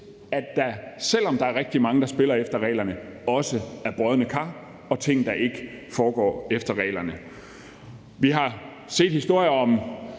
selv om der er rigtig mange, der spiller efter reglerne, også er brodne kar og ting, der ikke foregår efter reglerne. Vi har set historier om